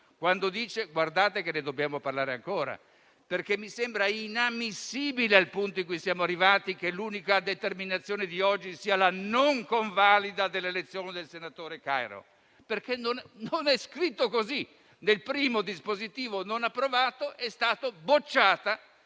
quando dice che se ne deve parlare ancora. Mi sembra inammissibile, al punto in cui siamo arrivati, che l'unica determinazione di oggi sia la non convalida dell'elezione del senatore Cario, perché non è scritto così. Nel primo dispositivo, non approvato, è stata bocciata